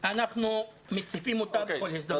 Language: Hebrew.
אנחנו מציפים אותה בכל הזדמנות.